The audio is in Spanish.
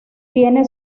tiene